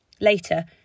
Later